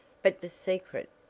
but the secret?